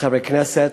חברי הכנסת,